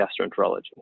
gastroenterology